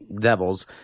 devils